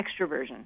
extroversion